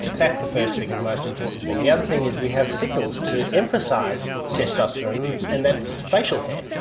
that's the first thing and the most important thing. the other thing is we have signals to emphasise testosterone, and that's facial hair.